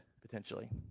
potentially